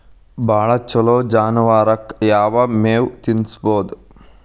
ಭಾಳ ಛಲೋ ಜಾನುವಾರಕ್ ಯಾವ್ ಮೇವ್ ತಿನ್ನಸೋದು?